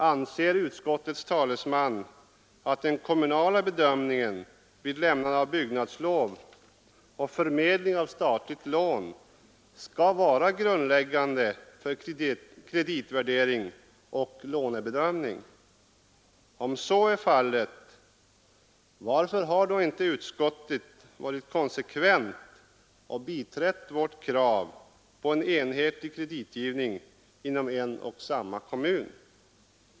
Anser utskottets talesman att den kommunala bedömningen vid lämnande av byggnadslån och förmedling av statligt lån skall vara grundläggande för kreditvärdering och lånebedömning? Om så är fallet, varför har då inte utskottet varit konsekvent och biträtt vårt krav på enhetlig kreditgivning inom en och samma kommun?